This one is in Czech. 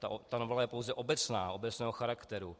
Ta novela je pouze obecná, obecného charakteru.